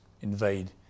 invade